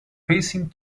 passing